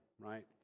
right